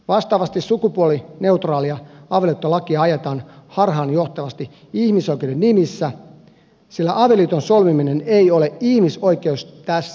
vastaavasti sukupuolineutraalia avioliittolakia ajetaan harhaanjohtavasti ihmisoikeuden nimissä sillä avioliiton solmiminen ei ole ihmisoikeus tässä mielessä